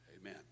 Amen